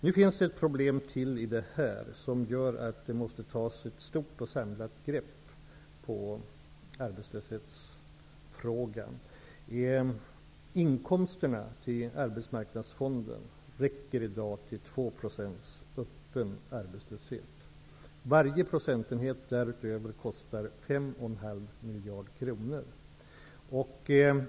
Nu finns ett annat problem som gör att det måste tas ett samlat grepp på arbetslöshetsfrågan. Inkomsterna till arbetsmarknadsfonden räcker i dag till att täcka kostnaderna för 2 % öppen arbetslöshet. Varje procentenhet därutöver kostar 5,5 miljarder kronor.